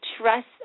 trust